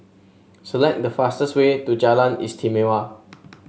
select the fastest way to Jalan Istimewa